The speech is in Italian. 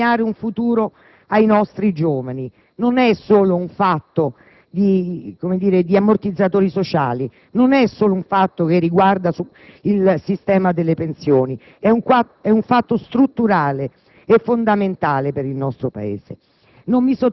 di disegnare un futuro ai nostri giovani, non è solo un fatto di ammortizzatori sociali, non è solo un fatto che riguarda il sistema delle pensioni. È un fatto strutturale e fondamentale per il nostro Paese.